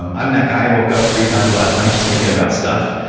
i'm i'm that guy. i woke up three times last night just thinking about stuff.